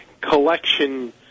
collection